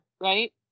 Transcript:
right